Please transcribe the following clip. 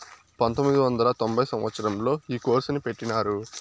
పంతొమ్మిది వందల తొంభై సంవచ్చరంలో ఈ కోర్సును పెట్టినారు